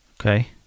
Okay